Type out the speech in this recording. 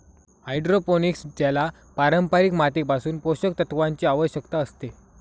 hydroponic ज्याला पारंपारिक मातीपासून पोषक तत्वांची आवश्यकता असते